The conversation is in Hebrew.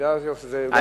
המידע הזה, או שזה, ?